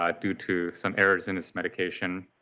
ah due to some errors in his medication,